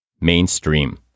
mainstream